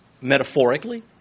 metaphorically